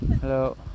Hello